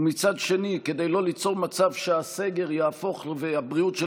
ומצד שני כדי לא ליצור מצב שהסגר והבריאות של